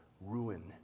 ruin